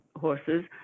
horses